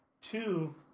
Two